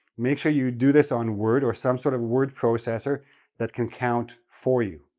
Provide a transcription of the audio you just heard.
make sure you do this on word or some sort of word processor that can count for you,